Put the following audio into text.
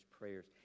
prayers